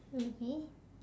maybe